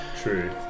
True